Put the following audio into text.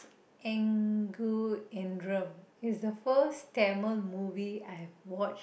Angoor is the first Tamil movie I've watch